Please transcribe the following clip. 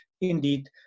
indeed